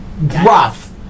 rough